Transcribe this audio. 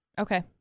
Okay